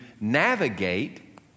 navigate